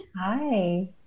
Hi